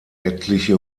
etliche